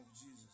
Jesus